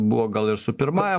buvo gal ir su pirmąja